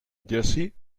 jesse